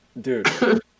Dude